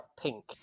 pink